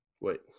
Wait